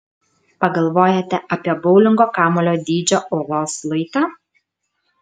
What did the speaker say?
pagalvojate apie boulingo kamuolio dydžio uolos luitą